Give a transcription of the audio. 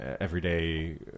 everyday